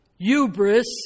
hubris